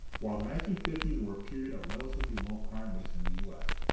while the nineteen fifty s were a period of relatively low crime rates in the u s,